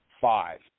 five